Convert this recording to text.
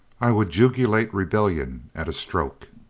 i would jugulate rebellion at a stroke.